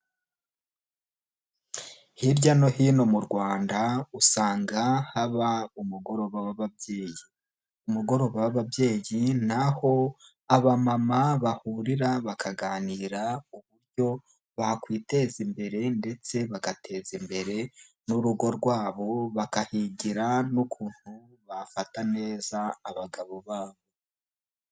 Hirya no hino mu rwanda, usanga haba umugoroba w'ababyeyi. Umugoroba w'ababyeyi ni aho abama bahurira bakaganira uburyo bakwiteza imbere, ndetse bagateza imbere n'urugo rwabo, bakahigira n'ukuntu bafata neza abagabo babo.